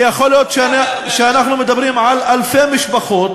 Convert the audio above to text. ויכול להיות שאנחנו מדברים על אלפי משפחות,